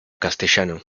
castellano